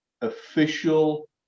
official